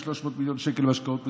300 מיליון שקל משקאות מתוקים,